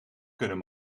kunnen